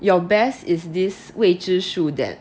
your best is this 未知数 that